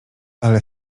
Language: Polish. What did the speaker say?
ale